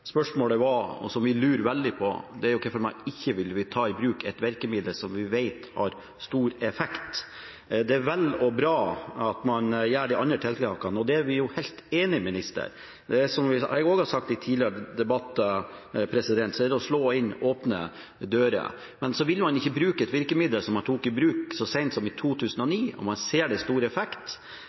spørsmålet. Spørsmålet gjelder noe som vi lurer veldig på, og det er hvorfor man ikke vil ta i bruk et virkemiddel som vi vet har stor effekt. Det er vel og bra at man setter i verk de andre tiltakene, og der er vi helt enige med ministeren. Som jeg også har sagt i tidligere debatter, er det å slå inn åpne dører. Men så vil man ikke bruke et virkemiddel som man tok i bruk så sent som i 2009, som man ser har stor effekt,